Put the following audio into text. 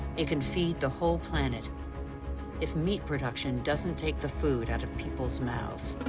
it can feed the whole planet if meat production doesn't take the food out of people's mouths.